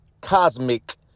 cosmic